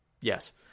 yes